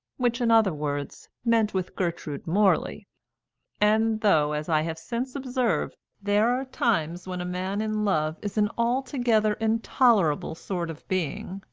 which, in other words, meant with gertrude morley and though, as i have since observed, there are times when a man in love is an altogether intolerable sort of being,